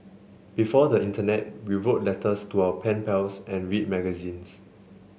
before the internet we wrote letters to our pen pals and read magazines